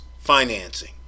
financing